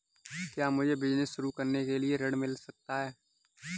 क्या मुझे बिजनेस शुरू करने के लिए ऋण मिल सकता है?